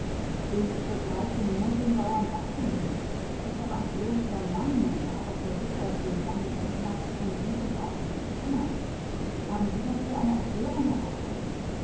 ich begreife nur den bauern barthel nicht er ist doch ein ehrlicher mann und er hat doch versichert den langen ignaz von jugend auf zu kennen haben sie dafür eine erklärung herr doktor